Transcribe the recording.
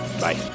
Bye